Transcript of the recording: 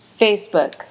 Facebook